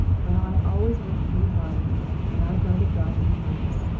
well, i've always worked pretty hard and i'd rather drop in harness.